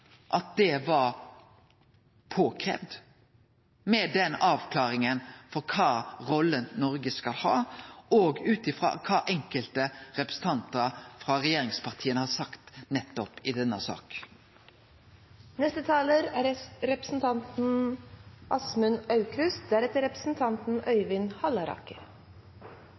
at den avklaringa av kva rolle Noreg skal ha, var nødvendig – òg ut frå kva enkelte representantar frå regjeringspartia har sagt nettopp i denne saka. Det er